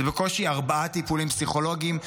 זה בקושי ארבעה טיפולים פסיכולוגיים.